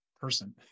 person